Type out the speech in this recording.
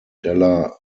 della